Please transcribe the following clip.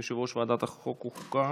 אני מוכן